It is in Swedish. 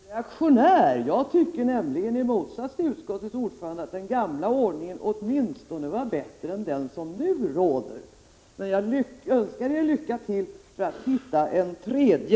Herr talman! I den här frågan är jag rent reaktionär. Jag tycker nämligen, i motsats till utskottets ordförande, att den gamla ordningen åtminstone var bättre än den som nu råder. Men jag önskar er lycka till med att hitta en tredje.